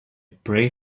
pray